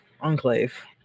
Enclave